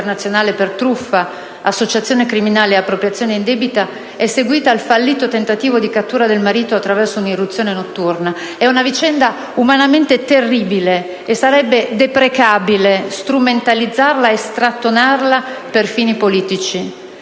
ricercato internazionale per truffa, associazione criminale ed appropriazione indebita, è seguita al fallito tentativo di cattura del marito attraverso un'irruzione notturna. È una vicenda umanamente terribile e sarebbe deprecabile strumentalizzarla e strattonarla per fini politici;